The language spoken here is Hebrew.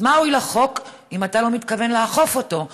אז מה הועיל החוק אם אתה לא מתכוון לאכוף אותו?